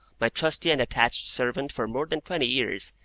my trusty and attached servant for more than twenty years,